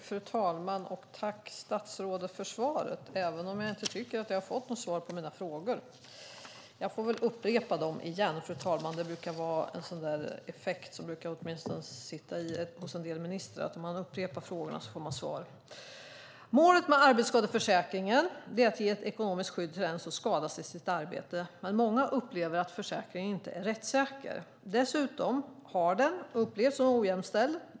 Fru talman! Tack, statsrådet, för svaret, även om jag inte tycker att jag har fått något svar på mina frågor! Jag får väl upprepa dem, fru talman. Åtminstone när det gäller en del ministrar brukar man få svar om man upprepar frågorna. Målet med arbetsskadeförsäkringen är att ge ett ekonomiskt skydd till den som skadas i sitt arbete. Men många upplever att försäkringen inte är rättssäker. Dessutom har den upplevts som ojämställd.